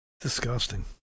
Disgusting